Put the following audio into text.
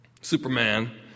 Superman